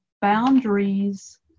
boundaries